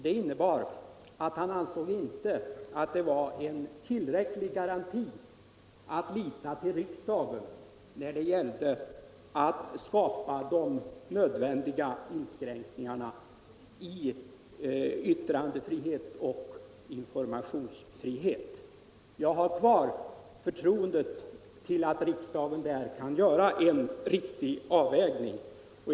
Det innebär att han inte ansåg att det var en tillräcklig garanti att lita till riksdagen när det gällde att åstadkomma de nödvändiga inskränkningarna i yttrandefrihet och informationsfrihet. Jag har för min del kvar tilltron till att riksdagen där kan göra en riktig avvägning.